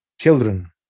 children